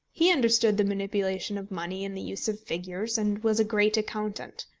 he understood the manipulation of money and the use of figures, and was a great accountant.